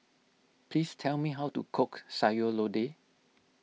please tell me how to cook Sayur Lodeh